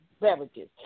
beverages